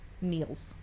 meals